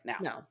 No